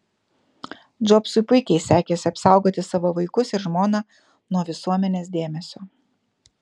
džobsui puikiai sekėsi apsaugoti savo vaikus ir žmoną nuo visuomenės dėmesio